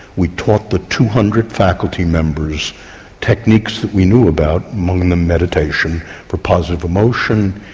we taught the two hundred faculty members techniques that we knew about, among them meditation, positive emotion,